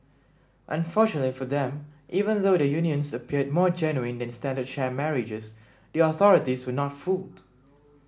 unfortunately for them even though the unions appeared more genuine than standard sham marriages the authorities were not fooled